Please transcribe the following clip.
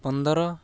ପନ୍ଦର